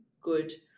good